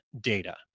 data